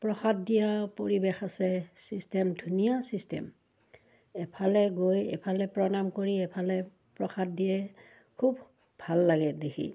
প্ৰসাদ দিয়া পৰিৱেশ আছে চিষ্টেম ধুনীয়া চিষ্টেম এফালে গৈ এফালে প্ৰণাম কৰি এফালে প্ৰসাদ দিয়ে খুব ভাল লাগে দেখি